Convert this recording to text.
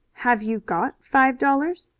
have you got five dollars?